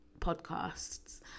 podcasts